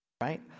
right